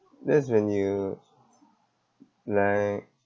that's when you like